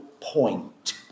point